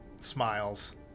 smiles